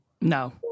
No